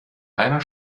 einer